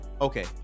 okay